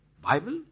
Bible